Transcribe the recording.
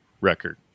record